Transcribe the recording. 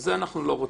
זה אנחנו לא רוצים.